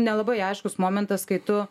nelabai aiškus momentas kai tu